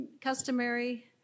customary